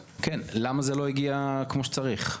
למה זה לא הגיע כמו שצריך?